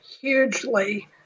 hugely